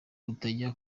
utajya